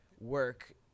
work